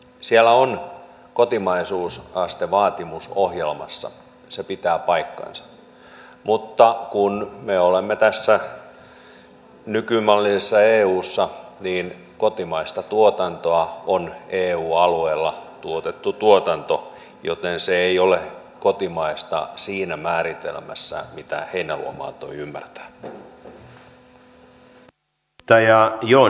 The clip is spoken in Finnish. siellä on kotimaisuusastevaatimus ohjelmassa se pitää paikkansa mutta kun me olemme tässä nykymallisessa eussa niin kotimaista tuotantoa on eu alueella tuotettu tuotanto joten se ei ole kotimaista siinä määritelmässä mitä heinäluoma antoi ymmärtää